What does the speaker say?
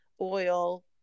oil